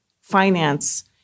finance